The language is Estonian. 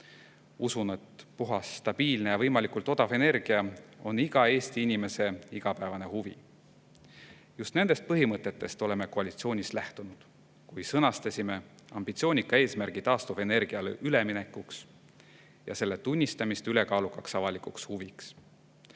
Usun, et puhas, stabiilne ja võimalikult odav energia on iga Eesti inimese igapäevane huvi. Just nendest põhimõtetest oleme koalitsioonis lähtunud, kui sõnastasime ambitsioonika eesmärgi: minna üle taastuvenergiale ja tunnistada see ülekaalukaks avalikuks huviks.